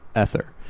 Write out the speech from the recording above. Ether